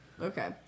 Okay